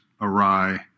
awry